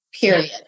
period